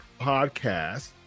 podcast